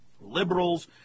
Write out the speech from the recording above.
liberals